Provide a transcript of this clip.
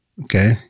Okay